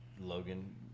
Logan